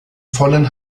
vollen